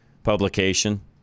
publication